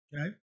Okay